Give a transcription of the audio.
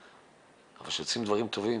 אבל כשעושים דברים טובים,